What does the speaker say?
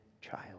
child